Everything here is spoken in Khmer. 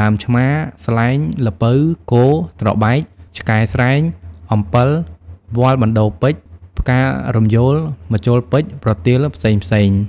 ដើមឆ្មា ស្លែង ល្ពៅ គរ ត្របែក ឆ្កែស្រែង អំពិល វល្លិបណ្តូល ពេជ្រ ផ្ការំយោល ម្ជុលពេជ្រ ប្រទាលផ្សេងៗ...។